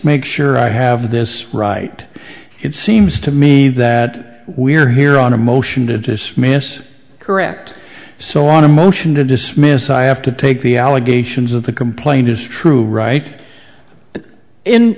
submit sure i have this right it seems to me that we're here on a motion to dismiss correct so on a motion to dismiss i have to take the allegations of the complaint is true right in